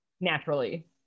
naturally